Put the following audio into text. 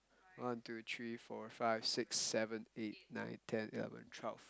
one two three four five six seven eight nine ten eleven twelve